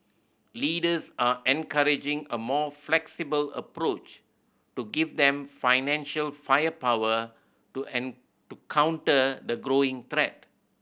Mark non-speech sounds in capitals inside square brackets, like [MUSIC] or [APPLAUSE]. leaders are encouraging a more flexible approach to give them financial firepower to [UNINTELLIGIBLE] to counter the growing threat